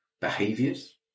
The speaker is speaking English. behaviors